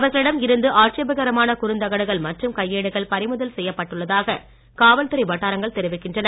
அவர்களிடம் இருந்து ஆட்சேபகரமான குறுந்தகடுகள் மற்றும் கையேடுகள் பறிழுதல் செய்யப்பட்டதாக காவல்துறை வட்டாரங்கள் தெரிவிக்கின்றன